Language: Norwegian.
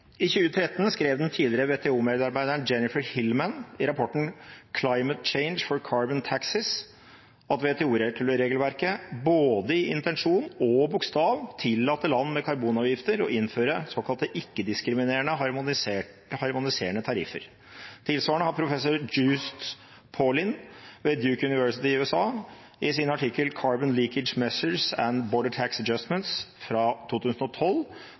I 2013 skrev den tidligere WTO-medarbeideren Jennifer Hillman i rapporten «Changing climate for carbon taxes» at WTO-regelverket i både intensjon og bokstav tillater land med karbonavgifter å innføre såkalte ikke-diskriminerende harmoniserende tariffer. Tilsvarende har professor Joost Pauwelyn ved Duke University i USA i sin artikkel «Carbon Leakage Measures and Border Tax Adjustments» fra 2012